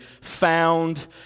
found